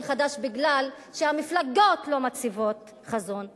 חזון חדש מכיוון שמפלגות לא מציגות חזון חדש,